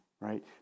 right